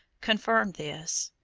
confirmed this.